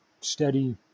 steady